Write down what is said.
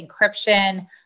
encryption